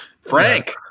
Frank